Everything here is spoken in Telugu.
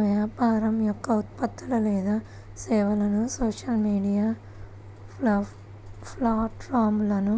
వ్యాపారం యొక్క ఉత్పత్తులు లేదా సేవలను సోషల్ మీడియా ప్లాట్ఫారమ్లను